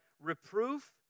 reproof